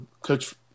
coach